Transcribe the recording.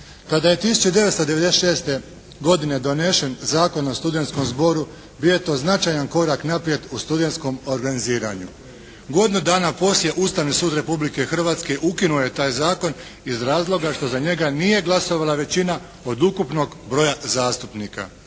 Kada je 1966. godine donesen Zakon o studentskom zboru, bio je to značajan korak naprijed u studentskom organiziranju. Godinu dana poslije, Ustavni sud Republike Hrvatske ukinuo je taj zakon iz razloga što za njega nije glasovala većina od ukupnog broja zastupnika.